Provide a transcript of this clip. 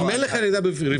אם אין לך ירידה ברווחיות,